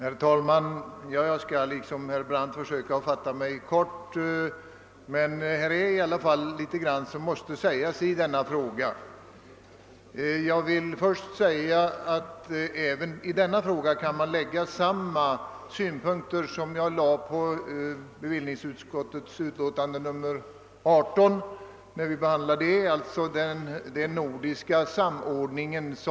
Herr talman! Jag skall liksom herr Brandt försöka fatta mig kort men måste ändå anföra några synpunkter i denna fråga. Jag vill först säga att det för mig finns anledning att anföra samma syns punkter i denna fråga som jag gjorde på bevillningsutskottets betänkande nr 18. Båda ärendena berör den nordiska samordningen.